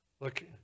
Look